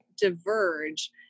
diverge